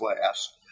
class